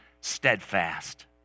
steadfast